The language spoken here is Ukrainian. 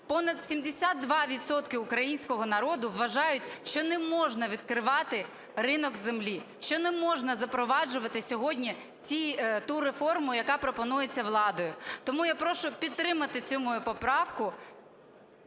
відсотки українського народу вважають, що не можна відкривати ринок землі, ще не можна запроваджувати сьогодні ту реформу, яка пропонується владою. Тому я прошу підтримати цю мою поправку.